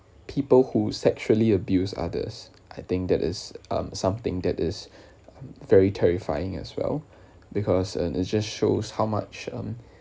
people who sexually abuse others I think that is um something that is very terrifying as well because and it just shows how much um